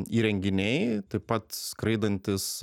įrenginiai taip pat skraidantys